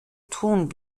tun